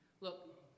Look